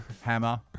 Hammer